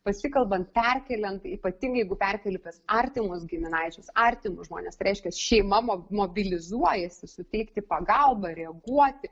pasikalbant perkeliant ypatingai jeigu perkeli pas artimus giminaičius artimus žmones reiškias šeima mobilizuojasi suteikti pagalbą reaguoti